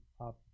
up